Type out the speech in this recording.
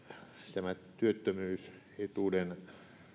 tämä työttömyysetuuden